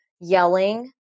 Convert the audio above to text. yelling